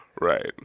Right